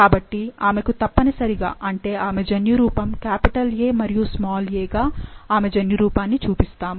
కాబట్టి ఆమెకు తప్పనిసరిగా అంటే ఆమె జన్యురూపం A మరియు a గా ఆమె జన్యురూపాన్ని చూపిస్తాము